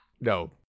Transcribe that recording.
No